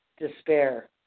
despair